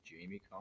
Jamie